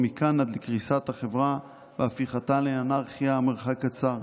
ומכאן עד לקריסת החברה והפיכתה לאנרכיה המרחק קצר,